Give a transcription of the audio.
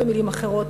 במילים אחרות,